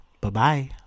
Bye-bye